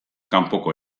kanpoko